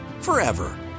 forever